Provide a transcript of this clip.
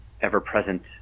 ever-present